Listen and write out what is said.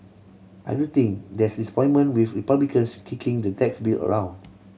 I do think there's disappointment with Republicans kicking the tax bill around